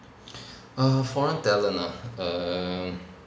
err foreign talent ah err